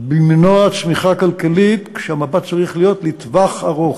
במנוע צמיחה כלכלי והמבט צריך להיות לטווח ארוך.